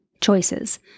choices